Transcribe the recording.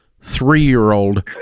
three-year-old